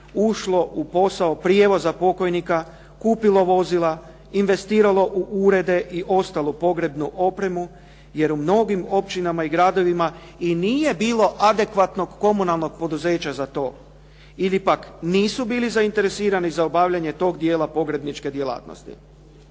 ušlo u posao prijevoza pokojnika, kupilo vozila, investiralo u urede i ostalu pogrebnu opremu jer u mnogim općinama i gradovima i nije bilo adekvatnog komunalnog poduzeća za to. Ili pak nisu bili zainteresirani za obavljanje toga dijela pogrebničke djelatnosti.